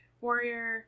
warrior